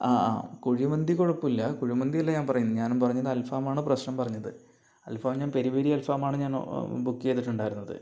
ആ ആ കുഴിമന്തി കുഴപ്പമില്ല കുഴിമന്തിയല്ല ഞാൻ പറയുന്നത് ഞാൻ പറഞ്ഞത് അൽഫാമാണ് പ്രശ്നം പറഞ്ഞത് അൽഫാം ഞാൻ പെരി പെരി അൽഫാമാണ് ഞാൻ ബുക്ക് ചെയ്തിട്ടുണ്ടായിരുന്നത്